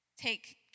take